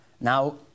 Now